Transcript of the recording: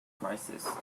crisis